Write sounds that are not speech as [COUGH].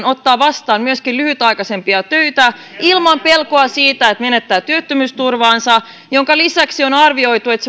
[UNINTELLIGIBLE] ottaa vastaan myöskin lyhytaikaisempia töitä ilman pelkoa siitä että menettää työttömyysturvaansa minkä lisäksi on arvioitu että [UNINTELLIGIBLE]